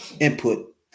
input